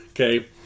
Okay